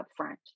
upfront